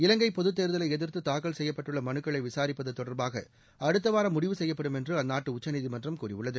இலங்கை பொதுத்தேர்தலை எதிர்த்து தாக்கல் செய்யப்பட்டுள்ள மனுக்களை விசாரிப்பது தொடர்பாக அடுத்தவாரம் முடிவு செய்யப்படும் என்று அந்நாட்டு உச்சநீதிமன்றம் கூறியுள்ளது